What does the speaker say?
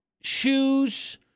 Shoes